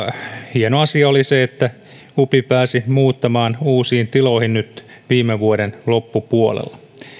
hieno asia oli se että upi pääsi muuttamaan uusiin tiloihin nyt viime vuoden loppupuolella